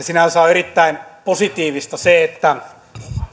sinänsä on erittäin positiivista että